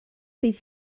bydd